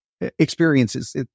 experiences